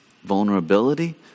vulnerability